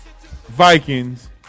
Vikings